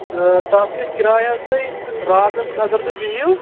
تہٕ تَتھ گژھِ کِرایہِ حظ تۅہہِ راتَس اگر تُہۍ بِہِو